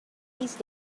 these